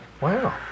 wow